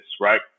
right